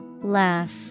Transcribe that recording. Laugh